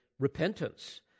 repentance